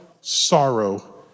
sorrow